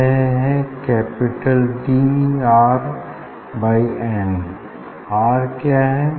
यह है capital R by N R क्या है